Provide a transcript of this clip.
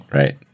right